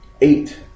eight